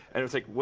and it's like,